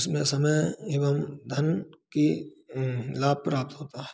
उसमें समय एवं धन की लाभ प्राप्त होता है